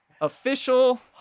official